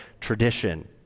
tradition